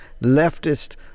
leftist